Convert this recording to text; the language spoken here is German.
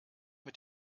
mit